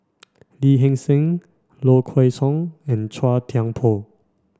Lee Hee Seng Low Kway Song and Chua Thian Poh